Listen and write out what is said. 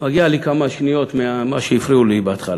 מגיע לי כמה שניות ממה שהפריעו לי בהתחלה.